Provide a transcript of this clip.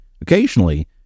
Occasionally